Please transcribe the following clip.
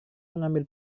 mengambil